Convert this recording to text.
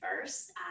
first